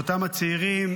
ואותם הצעירים,